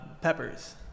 peppers